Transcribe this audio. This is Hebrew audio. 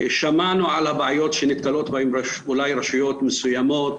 שמענו על הבעיות שנתקלות בהן אולי רשויות מסוימות,